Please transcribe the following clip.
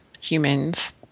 humans